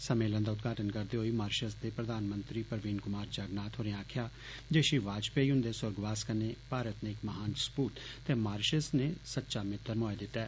सम्मेलन दा उद्घाटन करदे होई मारिशस दे प्रधानमंत्री प्रवीण कुमार जगनाथ होरें गलाया जे श्री वाजपेयी हुंदे सुर्गवास होने कन्नै मारत ने इक्क महान सपूत ते मारिशस ने सच्चा मित्तर मोआई दिता ऐ